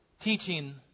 teaching